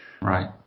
Right